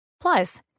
Plus